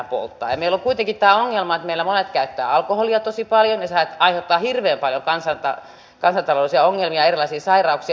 ja meillä on kuitenkin tämä ongelma että meillä monet käyttävät alkoholia tosi paljon ja sehän aiheuttaa hirveän paljon kansantaloudellisia ongelmia ja erilaisia sairauksia